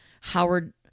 Howard